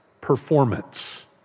performance